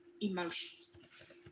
emotions